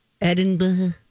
Edinburgh